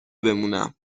بمونم